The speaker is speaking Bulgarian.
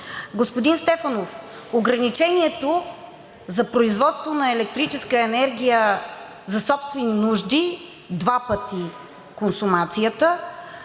Господин Стефанов, ограничението за производство на електрическа енергия за собствени нужди – два пъти консумацията,